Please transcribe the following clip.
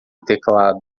teclado